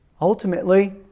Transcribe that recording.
ultimately